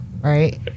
right